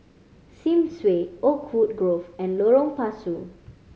Sims Way Oakwood Grove and Lorong Pasu